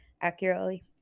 accurately